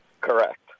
Correct